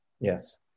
yes